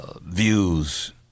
views